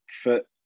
fit